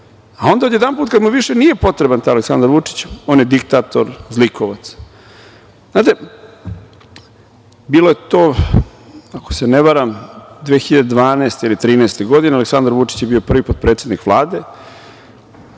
a onda odjedanput kad mu više nije potreban taj Aleksandar Vučić, on je diktator, zlikovac. Znate, bilo je to, ako se ne varam 2012. ili 2013. godine, Aleksandar Vučić je bio prvi potpredsednik Vlade,